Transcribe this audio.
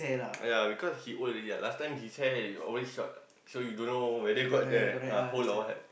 yea because he old already what last time his hair always short what so you don't know whether got that hole or what